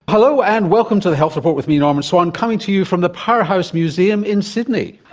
hello, and welcome to the health report with me, norman swan, coming to you from the powerhouse museum in sydney.